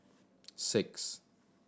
six